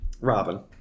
Robin